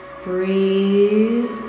Breathe